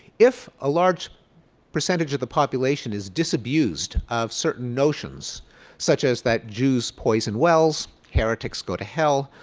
if a large percentage of the population is disabused of certain notions such as that jews poison wells, heretics go to hell,